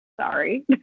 Sorry